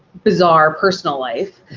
bizarre personal life.